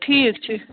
ٹھیٖک چھُ